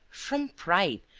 from pride,